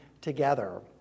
together